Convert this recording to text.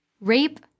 Rape